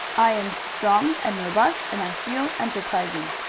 i am strong and robust, and i feel enterprising.